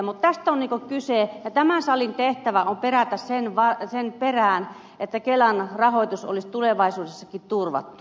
mutta tästä on kyse ja tämän salin tehtävä on perätä sen perään että kelan rahoitus olisi tulevaisuudessakin turvattu